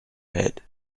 head